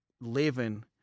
living